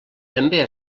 també